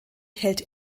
hält